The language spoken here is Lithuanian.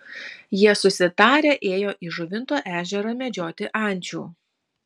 jie susitarę ėjo į žuvinto ežerą medžioti ančių